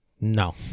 No